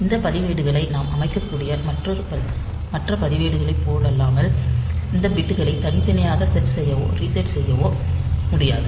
இந்த பதிவேடுகளை நாம் அமைக்கக்கூடிய மற்ற பதிவேடுகளைப் போலல்லாமல் இந்த பிட்களை தனித்தனியாக செட் செய்யவோ ரீசெட் செய்யவோ முடியாது